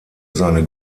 seine